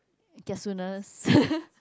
kiasuness